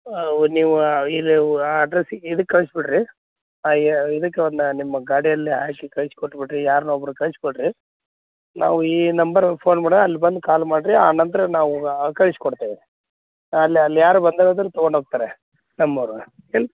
ಅವು ನೀವು ಇಲ್ಲಿ ಆ ಅಡ್ರಸ್ಸಿಗೆ ಇದಕ್ಕೆ ಕಳಿಸ್ಬಿಡ್ರಿ ಯ ಇದಕ್ಕೆ ಒಂದು ನಿಮ್ಮ ಗಾಡಿಯಲ್ಲೇ ಹಾಕಿ ಕಳಿಸ್ಕೊಟ್ಬಿಡ್ರಿ ಯಾರನ್ನೋ ಒಬ್ರನ್ನು ಕಳಿಸ್ಕೊಡ್ರಿ ನಾವು ಈ ನಂಬರು ಫೋನ್ ಮಾಡಾ ಅಲ್ಲಿ ಬಂದು ಕಾಲ್ ಮಾಡಿರಿ ಆ ನಂತರ ನಾವು ಕಳಿಸ್ಕೊಡ್ತೇವೆ ಅಲ್ಲಿ ಅಲ್ಲಿ ಯಾರು ಬಂದವ್ರಿದ್ರೆ ತೊಗೊಂಡು ಹೋಗ್ತಾರೆ ನಮ್ಮೋವ್ರು ಏನು